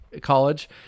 college